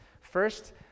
First